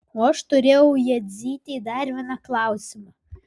o aš turėjau jadzytei dar vieną klausimą